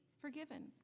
forgiven